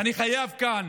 ואני חייב כאן,